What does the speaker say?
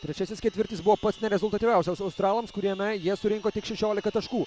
trečiasis ketvirtis buvo pats nerezultatyviausias australams kuriame jie surinko tik šešiolika taškų